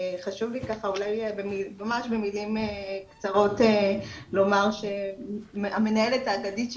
חשוב לי אולי ממש במילים קצרות לומר שהמנהלת האגדית שלנו,